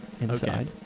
Inside